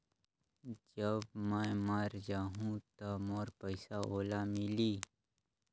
जब मै मर जाहूं तो मोर पइसा ओला मिली?